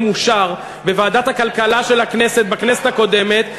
אושר בוועדת הכלכלה של הכנסת בכנסת הקודמת,